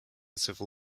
civil